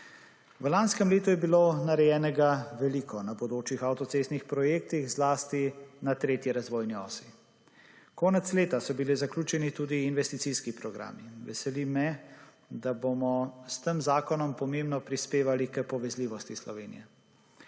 V lanskem letu je bilo narejenega veliko na bodočih avtocestnih projektih, zlasti na tretji razvojni osi. Konec leta so bili zaključeni tudi investicijski programi. Veseli me, da bomo s tem zakonom pomembno prispevali k povezljivosti Slovenije.